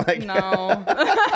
No